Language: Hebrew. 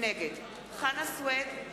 נגד חנא סוייד,